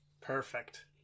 Perfect